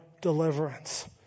deliverance